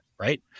right